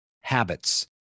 habits